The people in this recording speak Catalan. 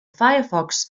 firefox